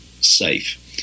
safe